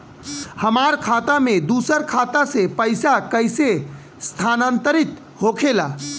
हमार खाता में दूसर खाता से पइसा कइसे स्थानांतरित होखे ला?